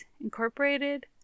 Incorporated